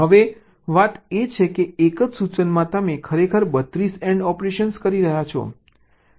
હવે વાત એ છે કે એક જ સૂચનામાં તમે ખરેખર 32 AND ઑપરેશન કરી રહ્યા છો